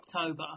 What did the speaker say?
October